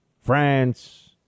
France